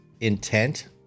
intent